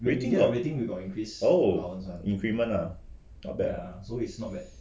rating the oh increment ah not bad ya